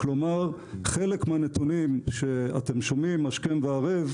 כלומר חלק מהנתונים שאתם שומעים השכם וערב,